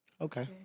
Okay